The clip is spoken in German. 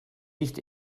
nicht